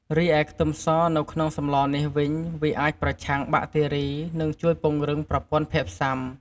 រីឯខ្ទឹមសនៅក្នុងសម្លនេះវិញ វាអាចប្រឆាំងបាក់តេរី និងជួយពង្រឹងប្រព័ន្ធភាពស៊ាំ។